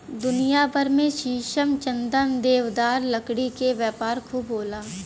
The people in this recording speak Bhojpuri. दुनिया भर में शीशम, चंदन, देवदार के लकड़ी के व्यापार खूब होला